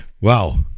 wow